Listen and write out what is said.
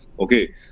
okay